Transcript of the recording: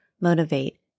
Motivate